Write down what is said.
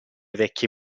vecchie